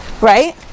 right